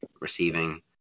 receiving